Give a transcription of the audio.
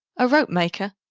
a rope-maker?